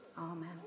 Amen